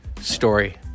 story